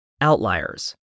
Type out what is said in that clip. Outliers